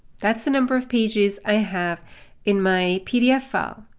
that's the number of pages i have in my pdf file.